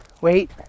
wait